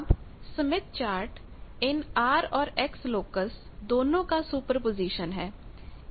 अब Smith chart इन R और X लोकस दोनों का सुपरपोज़िशन है